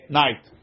night